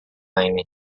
line